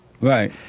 Right